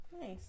nice